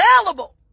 available